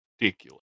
ridiculous